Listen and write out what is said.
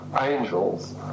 angels